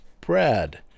brad